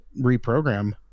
reprogram